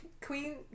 Queen